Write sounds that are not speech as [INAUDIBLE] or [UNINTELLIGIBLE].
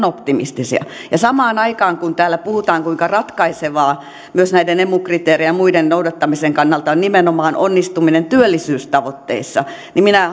[UNINTELLIGIBLE] optimistisia ja samaan aikaan kun täällä puhutaan kuinka ratkaisevaa myös näiden emu kriteerien ja muiden noudattamisen kannalta on nimenomaan onnistuminen työllisyystavoitteissa niin minä [UNINTELLIGIBLE]